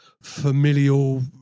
familial